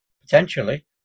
potentially